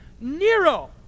Nero